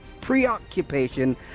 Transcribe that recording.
preoccupation